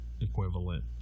equivalent